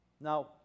Now